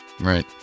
right